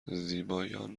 زیبایان